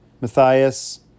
Matthias